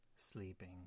Sleeping